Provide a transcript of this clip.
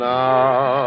now